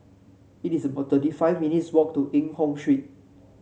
it is about thirty five minutes' walk to Eng Hoon Street